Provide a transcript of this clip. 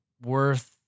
worth